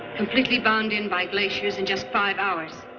completely bound in by glaciers in just five hours.